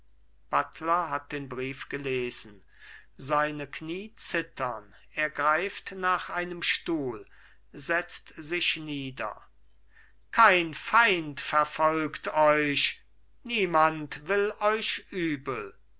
buttler hat den brief gelesen seine knie zittern er greift nach einem stuhl setzt sich nieder kein feind verfolgt euch niemand will euch übel